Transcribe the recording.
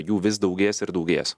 jų vis daugės ir daugės